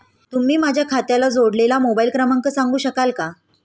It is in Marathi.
तुम्ही माझ्या खात्याला जोडलेला मोबाइल क्रमांक सांगू शकाल का?